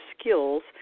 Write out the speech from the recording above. skills